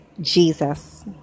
Jesus